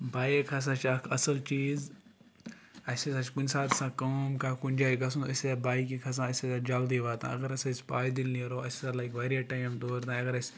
bike ہَسا چھِ اَکھ اَصٕل چیٖز اَسہِ حظ آسہِ کُنہِ ساتہٕ آسان کٲم کانٛہہ کُنہِ جایہِ گژھُن أسۍ حظ اَتھ بایِکہِ کھَسان أسۍ حظ اَدٕ جلدی واتان اگر ہَسا أسۍ پَیدٔلۍ نیرو اَسہِ ہَسا لَگہِ واریاہ ٹایِم تور تانۍ اگر اَسہِ